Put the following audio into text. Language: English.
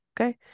okay